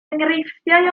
enghreifftiau